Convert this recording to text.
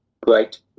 Great